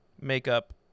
makeup